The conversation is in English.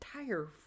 entire